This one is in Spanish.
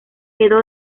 quedó